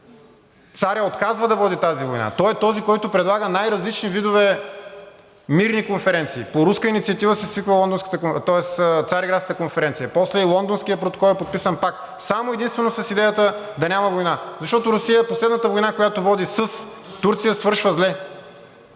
Царят отказва да води тази война, той е този, който предлага най-различни видове мирни конференции. По руска инициатива се свиква Цариградската конференция, после и Лондонският протокол е подписан, пак само и единствено с идеята да няма война, защото за Русия последната война, която води с Турция (председателят